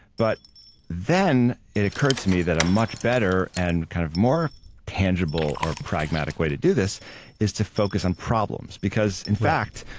but then it occurred to me that a much better and kind of more tangible or pragmatic way to do this is to focus on problems, because in fact,